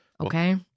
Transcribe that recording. okay